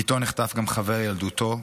איתו נחטף גם חבר ילדותו,